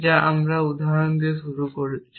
যা আমরা উদাহরণ দিয়ে শুরু করেছি